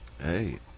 Hey